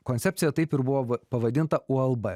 koncepcija taip ir buvo pavadinta ulb